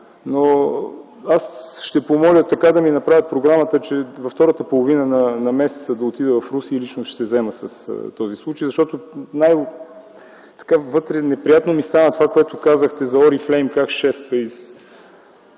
Аз ще помоля така да ми направят програмата, че във втората половина на месеца да отида в Русе и лично ще се заема с този случай. Защото ми стана неприятно от това, което казахте за „Орифлейм” как шества из